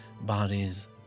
bodies